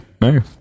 No